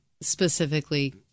specifically